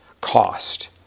cost